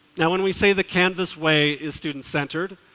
yeah when we say the canvass way is student-centered,